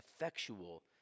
effectual